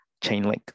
Chainlink